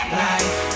life